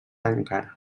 encara